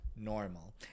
normal